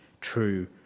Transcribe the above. true